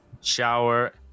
shower